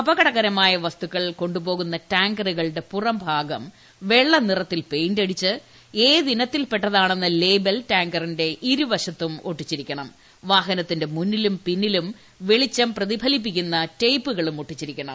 അപകടകരമായ വസ്തുക്കൾ കൊണ്ട് പോകുന്ന ടാങ്കറുകളുടെ പുറംഭാഗം വെള്ള നിറത്തിൽ പെയിന്റടിച്ച് ഏത് ഇനത്തിൽപ്പെട്ടതാണെന്ന ലേബൽ ടാങ്കറിന്റെ ഇരുവശത്തും ഒട്ടിച്ചിരിക്കണം വാഹനത്തിന്റെ മുന്നിലും പിന്നിലും വെളിച്ചം പ്രതിഫലിപ്പിക്കുന്ന ടേപ്പുകളും ഒട്ടിച്ചിരിക്കണം